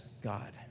God